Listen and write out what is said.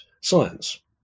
science